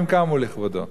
47 פעמים קמו לכבודו,